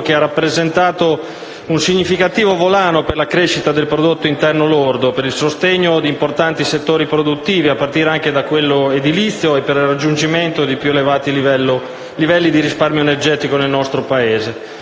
effettuato, rappresentano un significativo volano per la crescita del prodotto interno lordo, per il sostegno di importanti settori produttivi, a partire da quello edilizio, e per il raggiungimento di più elevati livelli di risparmio energetico nel Paese;